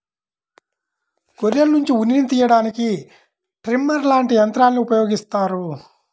గొర్రెల్నుంచి ఉన్నిని తియ్యడానికి ట్రిమ్మర్ లాంటి యంత్రాల్ని ఉపయోగిత్తారు